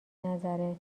نظرت